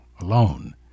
alone